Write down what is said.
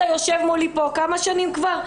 שבתאי יושב מולי פה כמה שנים כבר?